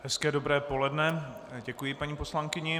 Hezké dobré poledne, děkuji paní poslankyni.